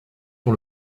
sur